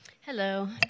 Hello